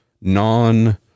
non